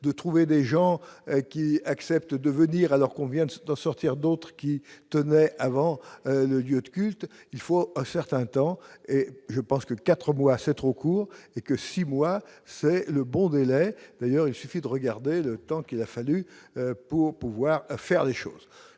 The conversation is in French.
de trouver des gens qui acceptent de venir alors combien de Sedan sortir d'autres qui tenait avant le lieu de culte, il faut un certain temps et je pense que, 4 mois, c'est trop court, et que 6 mois c'est le Bordelais, d'ailleurs, il suffit de regarder le temps qu'il a fallu pour pouvoir faire des choses